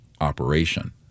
operation